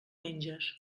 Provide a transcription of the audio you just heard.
menges